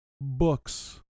books